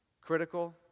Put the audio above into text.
critical